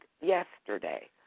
yesterday